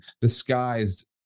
disguised